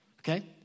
okay